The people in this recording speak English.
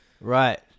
Right